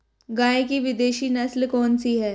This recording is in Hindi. गाय की विदेशी नस्ल कौन सी है?